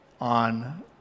on